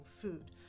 food